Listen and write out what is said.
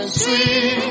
sweet